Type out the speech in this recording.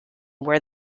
where